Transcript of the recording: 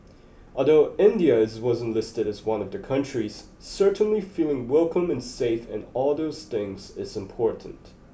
although India is wasn't listed as one of the countries certainly feeling welcome and safe and all those things is important